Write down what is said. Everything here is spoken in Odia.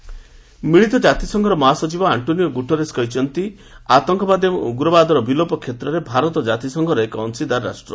ଗ୍ରଟେରସ୍ ଇଣ୍ଡ୍ ଟେରର୍ ମିଳିତ କାତିସଂଘର ମହାସଚିବ ଆଙ୍କୋନିଓ ଗୁଟେରସ୍ କହିଛନ୍ତି ଆତଙ୍କବାଦ ଏବଂ ଉଗ୍ରବାଦର ବିଲୋପ କ୍ଷେତ୍ରରେ ଭାରତ କାତିସଂଘର ଏକ ଅଂଶୀଦାର ରାଷ୍ଟ୍ର